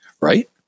Right